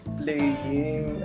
playing